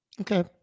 Okay